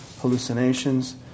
hallucinations